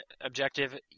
objective